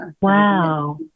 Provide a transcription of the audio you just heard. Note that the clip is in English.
Wow